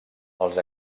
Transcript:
els